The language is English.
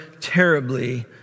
terribly